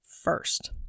first